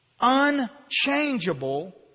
unchangeable